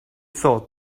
thought